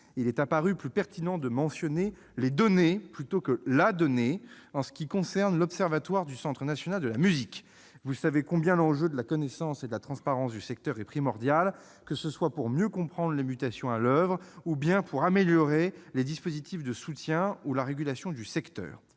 il est apparu plus pertinent de mentionner les « données », plutôt que la « donnée », en ce qui concerne l'observatoire du Centre national de la musique. Vous savez combien l'enjeu de la connaissance et de la transparence du secteur est primordial, que ce soit pour mieux comprendre les mutations à l'oeuvre ou bien pour améliorer les dispositifs de soutien ou la régulation du secteur.